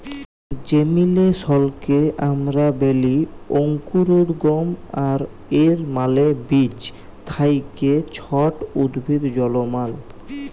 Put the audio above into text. জেমিলেসলকে আমরা ব্যলি অংকুরোদগম আর এর মালে বীজ থ্যাকে ছট উদ্ভিদ জলমাল